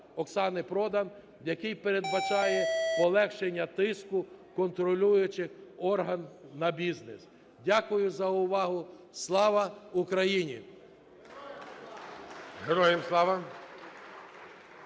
Оксани Продан, який передбачає полегшення тиску контролюючих органів на бізнес. Дякую за увагу. Слава Україні! ГОЛОВУЮЧИЙ.